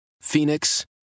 Phoenix